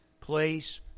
place